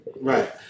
Right